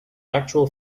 actual